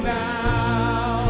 now